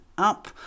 up